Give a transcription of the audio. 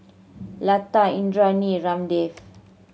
Lata Indranee Ramdev